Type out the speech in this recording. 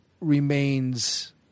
remains